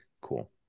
cool